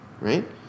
right